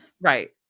Right